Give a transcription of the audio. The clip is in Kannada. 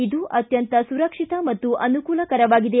ಇದು ಅತ್ಖಂತ ಸುರಕ್ಷಿತ ಮತ್ತು ಅನುಕೂಲಕರವಾಗಿದೆ